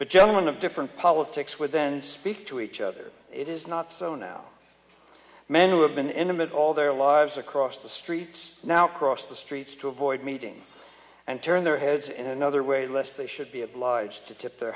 one of different politics would then speak to each other it is not so now men who have been intimate all their lives across the streets now cross the streets to avoid meeting and turn their heads in another way less they should be obliged to tip their